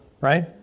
Right